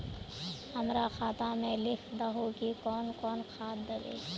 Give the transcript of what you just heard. हमरा खाता में लिख दहु की कौन कौन खाद दबे?